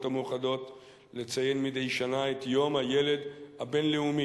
המאוחדות לציין מדי שנה את יום הילד הבין-לאומי.